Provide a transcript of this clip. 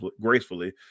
gracefully